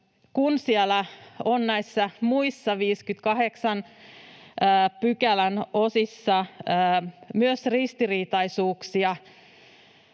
kun siellä on myös näissä muissa 58 §:n osissa ristiriitaisuuksia